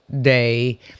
day